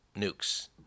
nukes